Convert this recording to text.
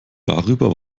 darüber